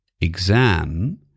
exam